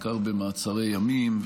בעיקר במעצרי ימין,